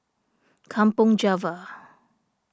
Kampong Java